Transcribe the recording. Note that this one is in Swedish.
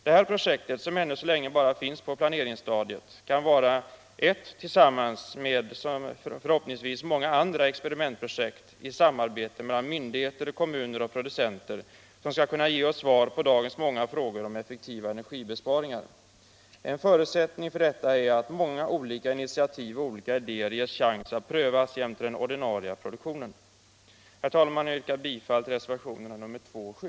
Det här projektet, som ännu så länge bara finns på planeringsstadiet, kan tillsammans med förhoppningsvis många andra experimentprojekt i samarbete mellan myndigheter, kommuner och producenter ge oss svar på dagens många frågor om effektiva energibesparingar. En förutsättning för detta är att många olika initiativ och olika idéer ges chans att prövas jämte den ordinarie produktionen. Herr talman! Jag yrkar bifall till reservationerna nr 2 och 7.